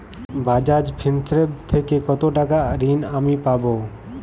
Bajaj Finserv থেকে কতো টাকা ঋণ আমি পাবো?